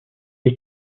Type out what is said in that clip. est